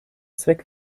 zweck